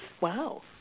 Wow